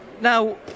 Now